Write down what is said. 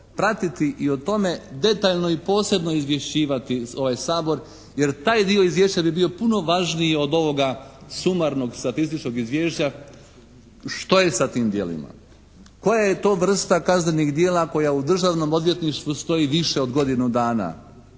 pratiti i o tome detaljno i posebno izvješćivati ovaj Sabor jer taj dio izvješća bi bio puno važniji od ovoga sumarnog statističkog izvješća što je sa tim djelima. Koja je to vrsta kaznenih djela koja u Državnom odvjetništvu stoji više od godinu dana,